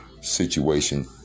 situation